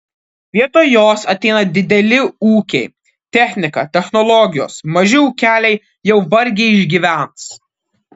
vietoj jos ateina dideli ūkiai technika technologijos maži ūkeliai jau vargiai išgyvens